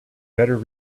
better